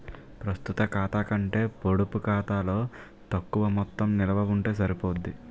ప్రస్తుత ఖాతా కంటే పొడుపు ఖాతాలో తక్కువ మొత్తం నిలవ ఉంటే సరిపోద్ది